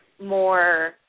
more